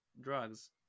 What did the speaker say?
drugs